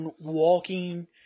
walking